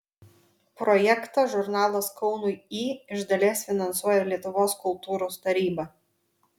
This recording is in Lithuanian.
projektą žurnalas kaunui į iš dalies finansuoja lietuvos kultūros taryba